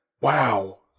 Wow